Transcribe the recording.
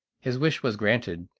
his wish was granted,